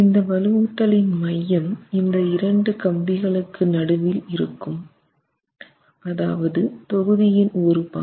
இந்த வலுவூட்டலின் மையம் இந்த இரண்டு கம்பிகளுக்கு நடுவில் இருக்கும் அதாவது தொகுதியின் ஒரு பாதி